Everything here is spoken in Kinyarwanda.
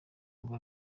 ngo